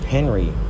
Henry